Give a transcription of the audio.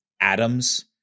Atoms